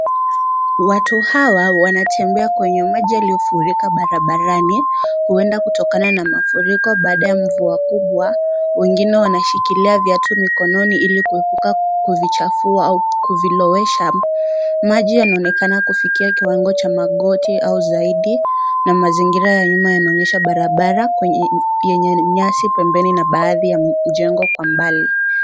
Watu hawa wanatembea kwenye maji yanayofurika barabarani huenda kutokana na mafuriko baada ya mvua kubwa kunyesha wengine wana shikilia viatu mkononi ilikuepuka kuvichafua au kuvilowesha watu hawao walioonekana kiwango cha magoti au zaidi na kuna mtu amesimama akimwonyesha barabara na baadhi ya mjengo kwa mbali.